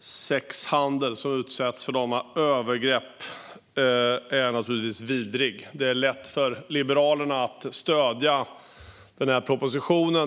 sexhandel och utsätts för övergrepp är naturligtvis vidrig. Det är lätt för Liberalerna att stödja den här propositionen.